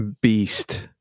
beast